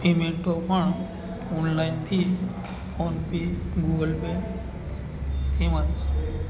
પેમેન્ટો પણ ઓનલાઈનથી PhonePe Google Pay તેમજ